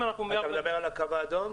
אתה מדבר על הקו האדום?